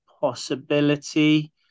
possibility